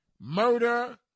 murder